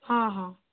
ହଁ ହଁ